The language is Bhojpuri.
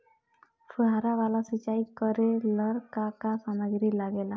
फ़ुहारा वाला सिचाई करे लर का का समाग्री लागे ला?